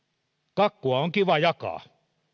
kakkua on kiva jakaa